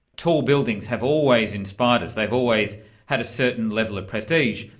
tall buildings have always inspired us, they've always had a certain level of prestige,